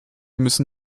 müssen